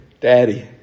Daddy